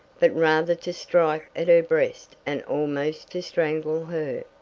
but rather to strike at her breast and almost to strangle her.